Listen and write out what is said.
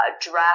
Draft